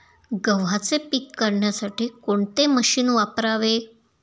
गव्हाचे पीक काढण्यासाठी कोणते मशीन वापरावे?